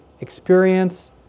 experience